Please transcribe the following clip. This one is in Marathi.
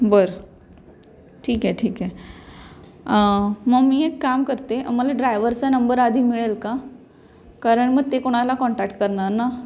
बरं ठीक आहे ठीक आहे मग मी एक काम करते मला ड्रायव्हरचा नंबर आधी मिळेल का कारण मग ते कोणाला कॉन्टॅक्ट करणार ना